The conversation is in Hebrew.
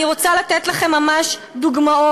אני רוצה לתת לכם ממש דוגמאות,